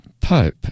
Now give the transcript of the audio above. Pope